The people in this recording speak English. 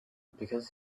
because